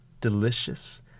delicious